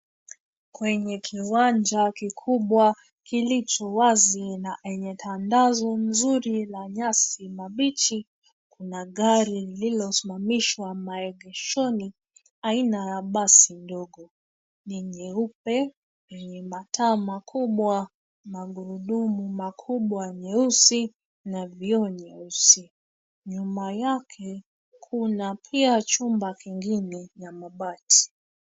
Kwenye kiwanja kikubwa kilicho wazi na enye tandazo nzuri la nyasi mabichi kuna gari lililosimamishwa maegeshoni aina ya basi ndogo. Ni nyeupe, enye mataa makubwa, magurudumu makubwa nyeusi na vioo nyeusi. Nyuma yake kuna pia chumba kingine ya mabati.